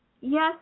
Yes